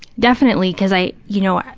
definitely, because i, you know,